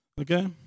Okay